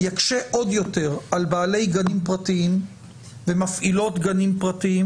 יקשה עוד יותר על בעלי גנים פרטיים ומפעילות גנים פרטיים